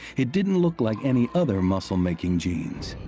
it didn't look like any other muscle-making genes.